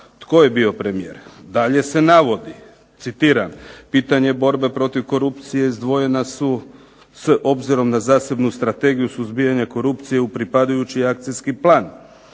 Tko je bio premijer? Dalje se navodi, citiram "Pitanja borbe protiv korupcije izdvojena su s obzirom na zasebnu Strategiju suzbijanja korupcije uz pripadajući akcijski plan".